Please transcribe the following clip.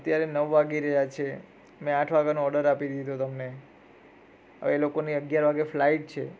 અત્યારે નવ વાગી રહ્યા છે મેં આઠ વાગ્યાનો ઓર્ડર આપી દીધો તમને હવે એ લોકોની અગિયાર વાગે ફ્લાઇટ છે